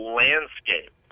landscape